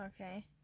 Okay